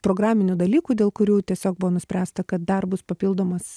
programinių dalykų dėl kurių tiesiog buvo nuspręsta kad dar bus papildomas